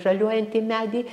žaliuojantį medį